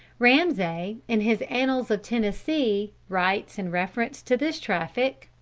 ramsay, in his annals of tennessee, writes, in reference to this traffic